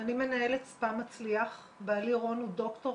אחרי הצבא ראינו איך עומר מתדרדר